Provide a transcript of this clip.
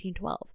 1912